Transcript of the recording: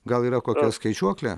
gal yra kokia skaičiuoklė